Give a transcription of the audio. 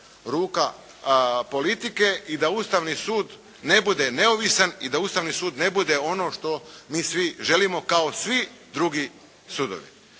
ruka politike i da Ustavni sud ne bude neovisan i da Ustavni sud ne bude ono što mi svi želimo kao svi drugi sudovi.